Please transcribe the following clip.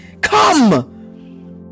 Come